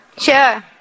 Sure